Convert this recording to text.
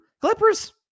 Clippers